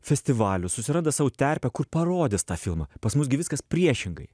festivalių susiranda sau terpę kur parodys tą filmą pas mus gi viskas priešingai